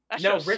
No